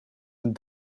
een